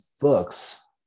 books